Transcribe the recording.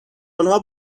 آنها